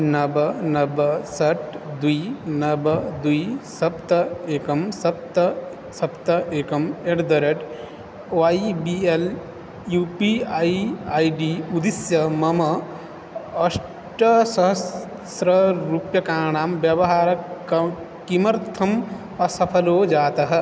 नव नव षट् द्वे नव द्वे सप्त एकं सप्त सप्त एकम् at the rate Y B L U P I I D उद्दिश्य मम अष्टसहस्ररूप्यकाणां व्यवहारं किमर्थम् असफलो जातः